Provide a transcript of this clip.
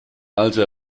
also